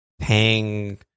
paying